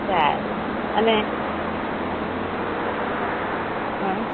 સારું અને હં